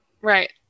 Right